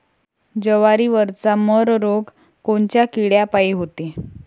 जवारीवरचा मर रोग कोनच्या किड्यापायी होते?